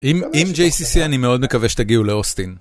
עם JCC אני מאוד מקווה שתגיעו לאוסטין.